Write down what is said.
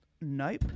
Nope